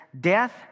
Death